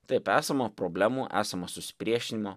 taip esama problemų esama susipriešinimo